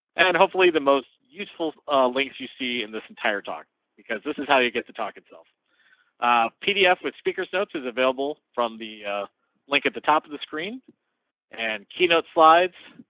and hopefully the most useful links you see in this entire talk because this is how you get the talk itself a pdf with speakers notes is available from the link at the top of the screen and keynote slides.